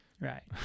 right